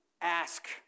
ask